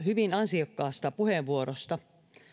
hyvin ansiokkaasta puheenvuorosta